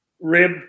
rib